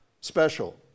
special